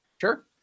Sure